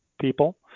people